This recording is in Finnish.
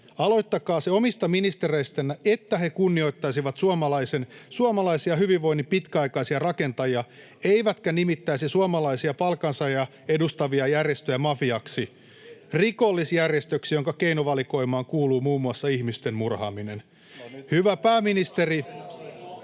Aloittakaa se omista ministereistänne, että he kunnioittaisivat suomalaisia hyvinvoinnin pitkäaikaisia rakentajia eivätkä nimittäisi suomalaisia palkansaajia edustavia järjestöjä mafiaksi, rikollisjärjestöksi, jonka keinovalikoimaan kuuluu muun muassa ihmisten murhaaminen.